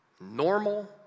normal